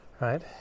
right